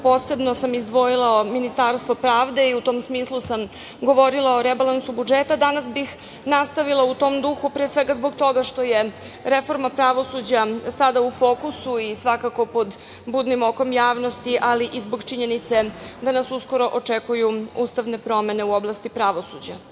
posebno sam izdvojila Ministarstvo pravde i u tom smislu sam govorila o rebalansu budžeta. Danas bih nastavila u tom duhu pre svega zbog toga što je reforma pravosuđa sada u fokusu i svakako pod budnim okom javnosti, ali i zbog činjenice da nas uskoro očekuju ustavne promene u oblasti pravosuđa. Pored